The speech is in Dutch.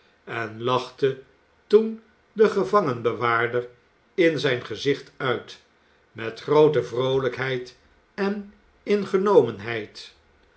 en lachte toen den gevangenbewaarder in zijn gezicht uit met groote vroolijkheid en ingenomenheid